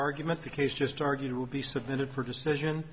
argument the case just argued will be submitted for decision